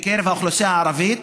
גם בקרב האוכלוסייה הערבית,